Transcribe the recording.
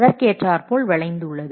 அதற்கேற்றார்போல் வளைந்து உள்ளது